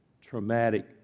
traumatic